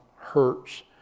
hurts